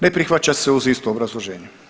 Ne prihvaća se uz isto obrazloženje.